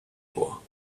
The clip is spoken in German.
vor